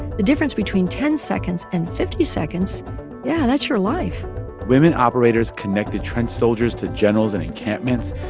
the difference between ten seconds and fifty seconds yeah, that's your life women operators connected trench soldiers to generals in encampments.